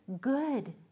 good